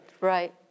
Right